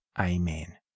Amen